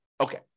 Okay